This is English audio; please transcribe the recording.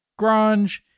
grunge